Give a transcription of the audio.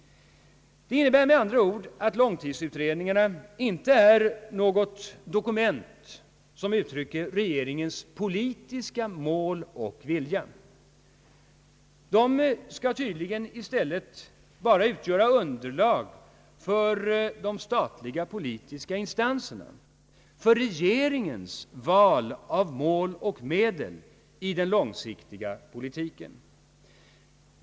Det innebär med andra ord att långtidsutredningarna inte är något dokument som uttrycker regeringens politiska mål och vilja. De skall tydligen bara utgöra underlag för de statliga politiska instanserna, för regeringens val av mål och medel i den långsiktiga politiken.